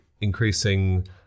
increasing